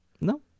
No